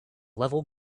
level